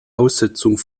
aussetzung